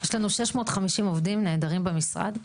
יש לנו 650 עובדים נהדרים במשרד.